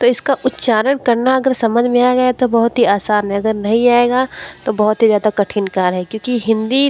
तो इसका उच्चारण करना अगर समझ में आ गया तो बहुत ही आसान है अगर नहीं आएगा तो बहुत ही ज़्यादा कठिन कार्य है क्योंकि हिंदी